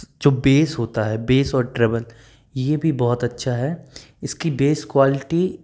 जो बेस होता है बेस और ट्रैवल ये भी बहुत अच्छा है इसकी बेस क्वालटी